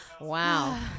Wow